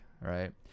right